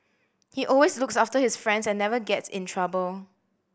he always looks after his friends and never gets in trouble